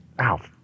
Ow